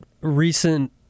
recent